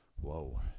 Whoa